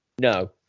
No